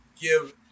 give